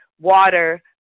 water